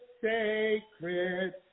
sacred